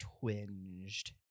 twinged